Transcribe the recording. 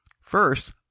First